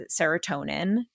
serotonin